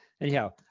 Anyhow